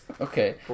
Okay